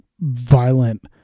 violent